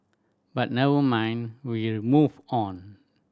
but never mind we move on